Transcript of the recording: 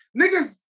Niggas